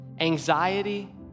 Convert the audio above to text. Anxiety